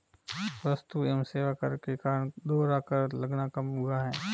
वस्तु एवं सेवा कर के कारण दोहरा कर लगना कम हुआ है